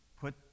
put